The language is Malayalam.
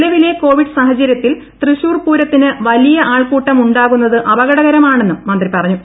നിലവിലെ കോവിഡ് സാഹചര്യത്തിൽ തൃശൂർ പൂരത്തിന് വലിയ ആൾക്കൂട്ടം ഉണ്ടാകുന്നത് അപകടകരമാണെന്നും മന്ത്രി പറഞ്ഞു